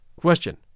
Question